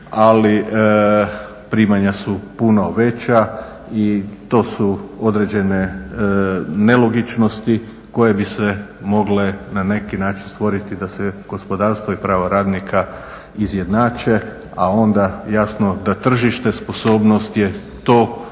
ali primanja su puno veća. I to su određene nelogičnosti koje bi se mogle na neki način stvoriti da se gospodarstvo i prava radnika izjednače, a onda jasno da tržište, sposobnost je to koje